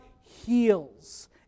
heals